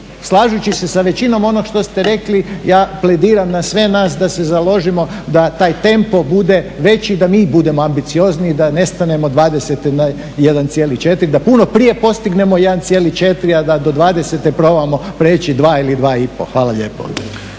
slažući se sa većinom onog što ste rekli ja plediram na sve nas da se založimo da taj tempo bude veći i da mi budemo ambiciozniji, da nestanemo …, da puno prije postignemo 1,4 a da do '20. probamo proći 2 ili 2,5. Hvala lijepo.